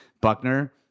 Buckner